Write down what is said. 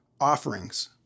offerings